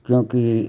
क्योंकि